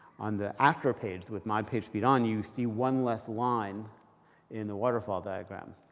on the after page with mod pagespeed on, you see one less line in the waterfall diagram.